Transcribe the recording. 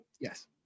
yes